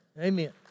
Amen